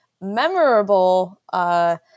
memorable